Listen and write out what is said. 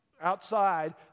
outside